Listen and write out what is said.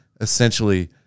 essentially